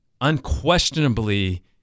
unquestionably